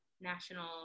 national